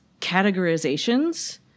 categorizations